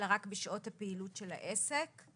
אלא רק בשעות הפעילות של העסק.